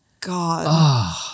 God